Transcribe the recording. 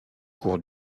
cours